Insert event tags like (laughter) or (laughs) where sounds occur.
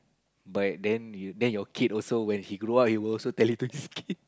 but then you then your kid also when he grow up he will also tell you to (laughs)